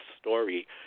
story